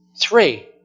three